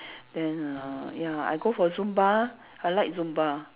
then uh ya I go for zumba I like zumba